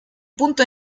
punto